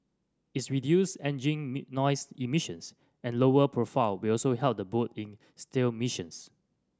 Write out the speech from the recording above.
its reduced engine noise emissions and lowered profile will also help the boat in stealth missions